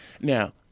Now